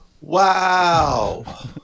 Wow